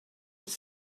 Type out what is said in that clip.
with